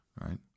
right